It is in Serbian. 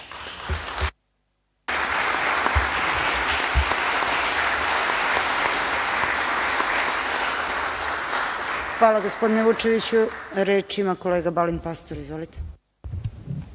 Hvala gospodine Vučeviću. Reč ima kolega Balint Pastor. Izvolite. Kolega